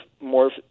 more